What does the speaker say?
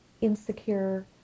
insecure